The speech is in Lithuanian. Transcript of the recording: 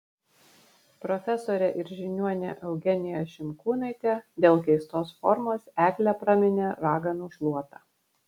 profesorė ir žiniuonė eugenija šimkūnaitė dėl keistos formos eglę praminė raganų šluota